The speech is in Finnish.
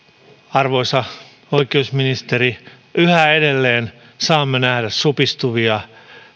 arvoisa oikeusministeri yhä edelleen saamme nähdä supistuvia